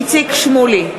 איציק שמולי,